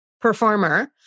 performer